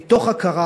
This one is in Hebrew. מתוך הכרה